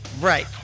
Right